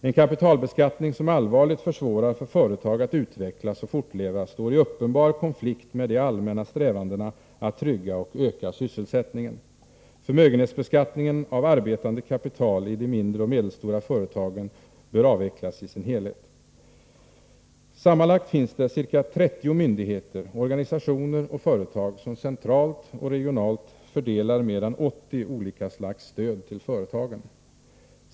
En kapitalbeskattning som allvarligt försvårar för företag att utvecklas och fortleva står i uppenbar konflikt med de allmänna strävandena att trygga och öka sysselsättningen. Förmögenhetsbeskattningen av arbetande kapital i mindre och medelstora företag bör avvecklas i sin helhet. Sammanlagt finns det ca 30 myndigheter, organisationer och företag som centralt och regionalt fördelar mer än 80 olika slags stöd till företagen.